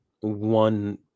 one